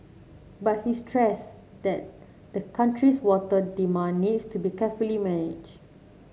but he stressed that the country's water demand needs to be carefully managed